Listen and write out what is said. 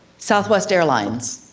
southwest airlines.